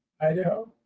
Idaho